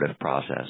process